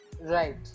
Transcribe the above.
Right